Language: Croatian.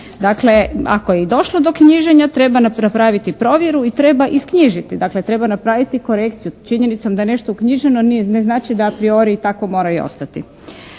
Dakle ako je i došlo do knjiženja treba napraviti provjeru i treba isknjižiti, dakle treba napraviti korekciju. Činjenicom da je nešto uknjiženo ne znači da a priori tako mora i ostati.